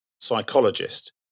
psychologist